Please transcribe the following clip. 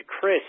Chris